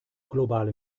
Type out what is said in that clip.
globale